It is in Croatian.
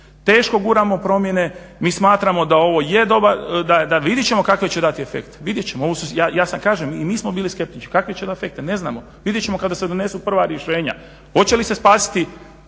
Teško guramo promjene, mi smatramo da ovo je dobar, da vidjet ćemo kakve će dati efekte, vidjet ćemo. Ja kažem, i mi smo bili skeptični kakvi će efekti biti. Ne znamo, vidjet ćemo kada se donesu prva rješenja. Hoće li se spasiti